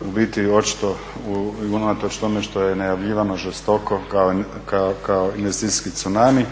u biti očito i unatoč tome što je najavljivano žestoko kao investicijski tsunami